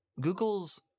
Google's